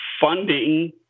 funding